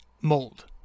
mold